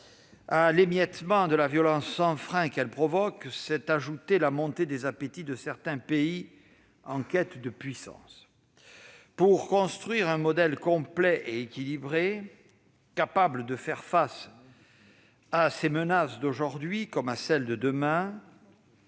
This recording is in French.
à l'émiettement de la violence sans frein qu'elle provoque, s'est ajoutée la montée des appétits de certains pays en quête de puissance. Pour construire un modèle complet et équilibré, capable de faire face aux menaces d'aujourd'hui comme à celles de demain,